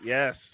Yes